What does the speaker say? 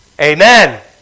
Amen